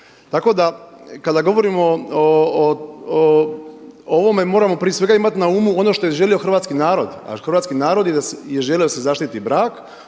Tako da kada govorimo o ovome moramo prije svega imat na umu ono što je želio hrvatski narod, a naš hrvatski narod je želio da se zaštiti brak,